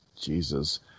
Jesus